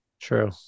True